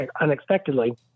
unexpectedly